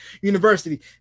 University